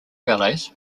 ballets